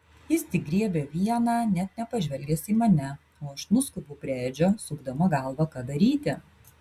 jis tik griebia vieną net nepažvelgęs į mane o aš nuskubu prie edžio sukdama galvą ką daryti